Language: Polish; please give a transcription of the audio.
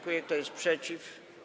Kto jest przeciw?